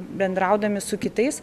bendraudami su kitais